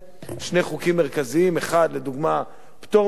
שני חוקים מרכזיים: פטור ממע"מ